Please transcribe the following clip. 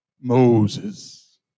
Moses